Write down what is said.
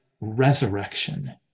resurrection